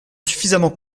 suffisamment